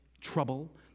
trouble